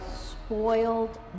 spoiled